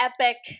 epic